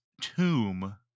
tomb